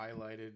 highlighted